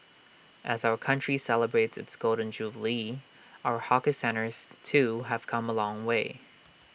as our country celebrates its Golden Jubilee our hawker centres too have come A long way